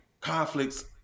conflicts